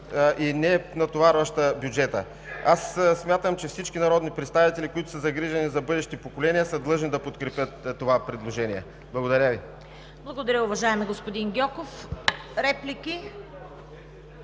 и ненатоварваща бюджета. Смятам, че всички народни представители, които са загрижени за бъдещите поколения, са длъжни да подкрепят това предложение. Благодаря Ви. ПРЕДСЕДАТЕЛ ЦВЕТА КАРАЯНЧЕВА: Благодаря, уважаеми господин Гьоков. Реплики?